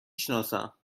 شناسم